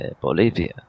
Bolivia